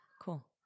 cool